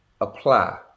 apply